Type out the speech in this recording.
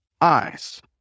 eyes